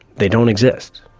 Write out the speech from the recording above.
they don't exist,